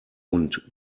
und